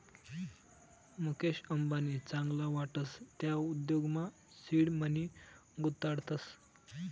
मुकेश अंबानी चांगला वाटस त्या उद्योगमा सीड मनी गुताडतस